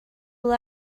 will